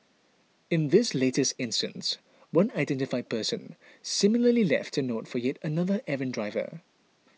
in this latest instance one unidentified person similarly left a note for yet another errant driver